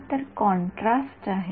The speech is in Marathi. विद्यार्थी कॉन्ट्रास्ट तो 0 असेल